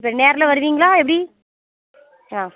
நேரில் வருவீங்களா எப்படி ஆ